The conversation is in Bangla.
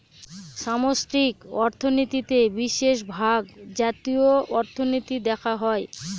সামষ্টিক অর্থনীতিতে বিশেষভাগ জাতীয় অর্থনীতি দেখা হয়